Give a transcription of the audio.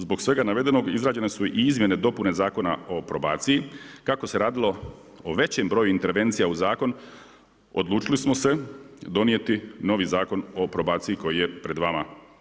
Zbog svega navedenog izrađene su izmjene i dopune Zakona o probaciji kako se radilo o većem broju intervencija u zakon, odlučili smo se donijeti novi Zakon o probaciji koji je pred vama.